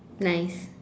nice